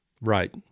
right